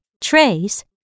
trace